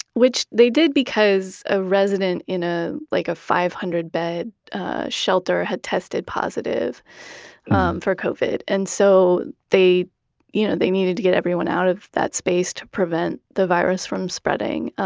which they did because a resident in ah like a five hundred bed shelter had tested positive covid and so they you know they needed to get everyone out of that space to prevent the virus from spreading.